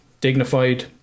dignified